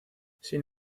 sin